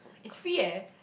it's free eh